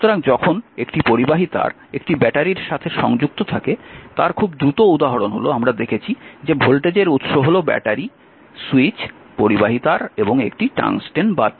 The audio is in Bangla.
সুতরাং যখন একটি পরিবাহী তার একটি ব্যাটারির সাথে সংযুক্ত থাকে তার খুব দ্রুত উদাহরণ হল যা আমরা দেখেছি যে ভোল্টেজের উৎস হল ব্যাটারি সুইচ পরিবাহী তার এবং একটি টাংস্টেন বাতি